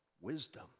wisdom